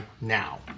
now